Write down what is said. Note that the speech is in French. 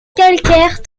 calcaire